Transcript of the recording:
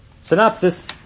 Synopsis